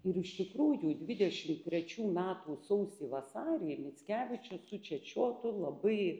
ir iš tikrųjų dvidešim trečių metų sausį vasarį mickevičius su čečiotu labai